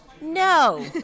No